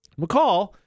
McCall